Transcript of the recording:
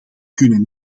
kunnen